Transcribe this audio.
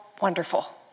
wonderful